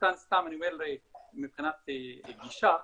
סרטן מבחינת גישה,